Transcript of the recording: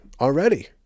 already